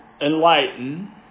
enlighten